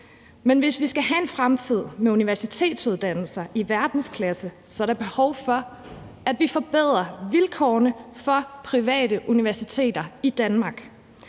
Men hvis vi skal have en fremtid med universitetsuddannelser i verdensklasse, er der behov for, at vi forbedrer vilkårene for private universiteter i Danmark.